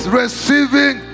receiving